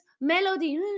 melody